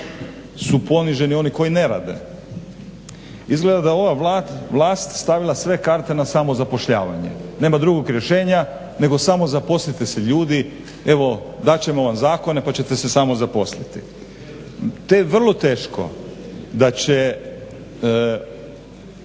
su poniženi oni koji ne rade. Izgleda da je ova vlast stavila sve karate na samozapošljavanje, nema drugog rješenja, nego samo zaposlite se ljudi. Evo dat ćemo vam zakone pa ćete se samozaposliti. To je vrlo teško da će